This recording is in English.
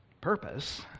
purpose